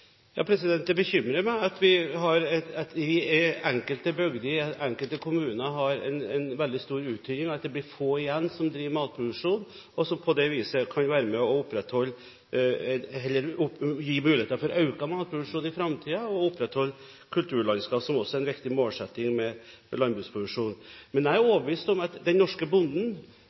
Ja, det bekymrer meg at vi i enkelte bygder, i enkelte kommuner, har en veldig stor uttynning, slik at det blir få igjen som driver matproduksjon, og som kan være med på å gi mulighet for økt matproduksjon i framtiden – og opprettholde kulturlandskap, som også er en viktig målsetting med landbruksproduksjon. Men jeg er overbevist om at den norske bonden,